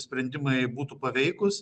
sprendimai būtų paveikūs